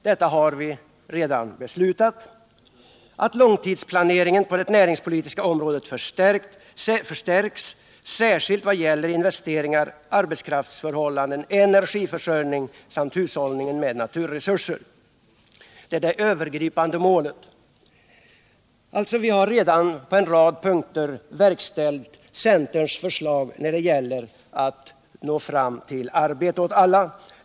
Detta har redan beslutats. Vi vill också att långtidsplaneringen på det näringspolitiska området förstärks, särskilt vad gäller investeringar, arbetskraftsförhållanden, energiförsörjning samt hushållning med naturresurser. Detta är övergripande mål. Vi har alltså på en rad punkter redan verkställt centerns förslag när det gäller att nå fram till arbete åt alla.